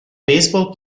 baseball